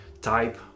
type